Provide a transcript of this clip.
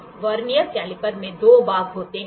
तो vernier calliper में 2 भाग होते हैं